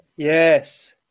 Yes